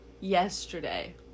yesterday